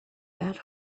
that